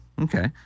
Okay